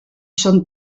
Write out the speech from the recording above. són